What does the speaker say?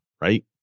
Right